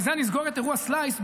ובזה אני אסגור את אירוע סלייס,